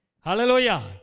Hallelujah